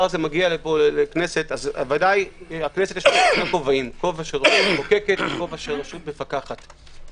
לכנסת יש שני כובעים של רשות מחוקקת ושל רשות מפקחת.